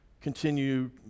Continue